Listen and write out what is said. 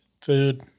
Food